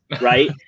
right